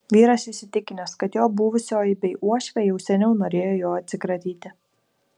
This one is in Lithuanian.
vyras įsitikinęs kad jo buvusioji bei uošvė jau seniau norėjo jo atsikratyti